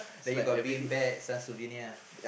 then you got bean bags some souvenir